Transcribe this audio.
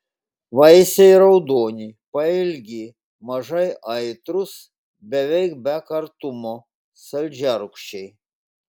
vaisiai raudoni pailgi mažai aitrūs beveik be kartumo saldžiarūgščiai